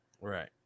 Right